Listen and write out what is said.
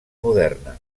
moderna